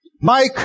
Mike